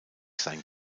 sein